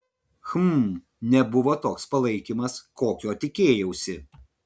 hm nebuvo toks palaikymas kokio tikėjausi